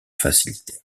facilité